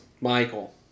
Michael